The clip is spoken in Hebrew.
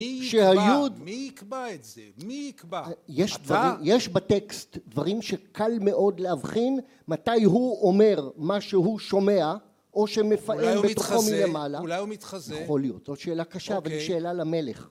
מי יקבע את זה? מי יקבע? יש בטקסט דברים שקל מאוד להבחין מתי הוא אומר מה שהוא שומע או שמפעם בתוכו מלמעלה, אולי הוא מתחזה, זו שאלה קשה וזו שאלה למלך